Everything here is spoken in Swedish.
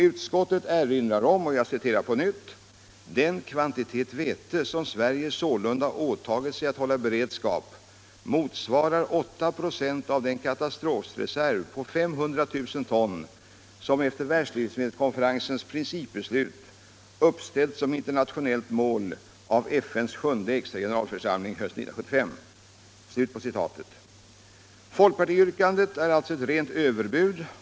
Utskottet erinrar om att den "kvantitet vete som Sverige sålunda åtagit sig att hålla i beredskap motsvarar 8 ?6 av den katastrofreserv på 300 000 ton som efter världslivsmedelskonferensens principbeslut uppställts som internationellt mål av FN:s sjunde extra generalförsamling hösten 1975”. Folkpartiyrkandet är alltså ett rent överbud.